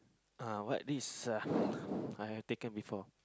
uh what risk ah I have taken before